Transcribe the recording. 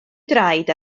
draed